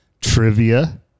trivia